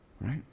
right